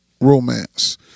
romance